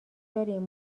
داریم